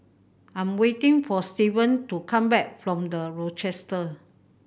I'm waiting for Steven to come back from The Rochester